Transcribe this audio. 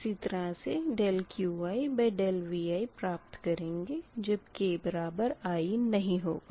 इसी तरह से dQidVi प्राप्त करेंगे जब k बराबर i नही होगा